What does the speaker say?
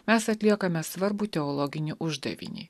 mes atliekame svarbų teologinį uždavinį